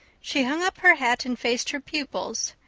she hung up her hat and faced her pupils,